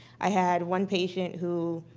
i had one patient who